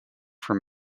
from